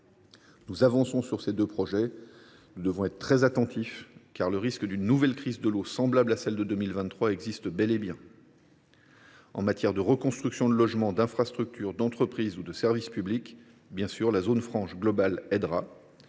Nous avançons sur ces deux projets. Nous devons être très attentifs, car le risque d’une nouvelle crise de l’eau, semblable à celle de 2023, existe bel et bien. En matière de reconstruction de logements, d’infrastructures, d’entreprises ou de services publics, la zone franche globale sera